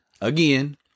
again